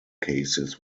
cases